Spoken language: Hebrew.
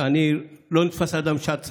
אדם לא נתפס בשעת צערו.